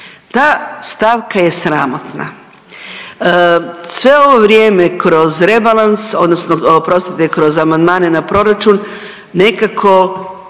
Ta stavka je sramotna. Sve ovo vrijeme kroz rebalans odnosno oprostite kroz amandmane na proračun nekako